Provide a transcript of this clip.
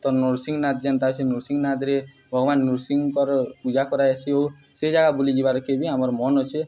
ତ ନର୍ସିଂନାଥ ଯେନ୍ତା ଅଛି ନୃରସିଂନାଥରେ ଭଗବାନ ନୃସିଙ୍କର ପୂଜା କରାଯାଏସି ଓ ସେ ଜାଗା ବୁଲି ଯିବାର କେ ବି ଆମର ମନ ଅଛେ